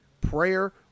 prayer